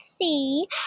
see